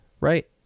right